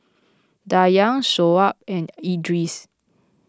Dayang Shoaib and Idris